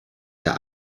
der